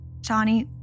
Johnny